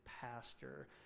pastor